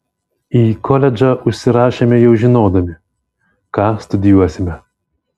į koledžą užsirašėme jau žinodami ką studijuosime